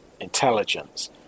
intelligence